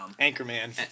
Anchorman